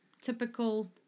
typical